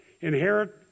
Inherit